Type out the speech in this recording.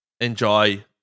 enjoy